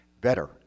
better